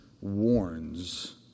warns